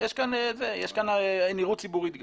יש כאן נראות ציבורית גם.